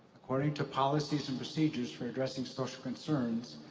according to policies and procedures for addressing social concerns,